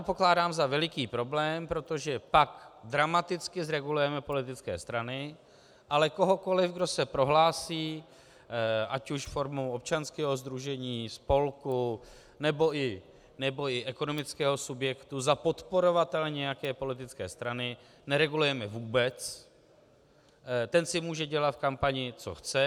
Pokládám to za veliký problém, protože pak dramaticky zregulujeme politické strany, ale kohokoli, kdo se prohlásí ať už formou občanského sdružení, spolku, nebo i ekonomického subjektu za podporovatele nějaké politické strany, neregulujeme vůbec, ten si může dělat v kampani, co chce.